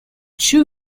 two